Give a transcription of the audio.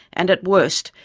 and at worst,